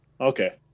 Okay